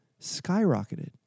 skyrocketed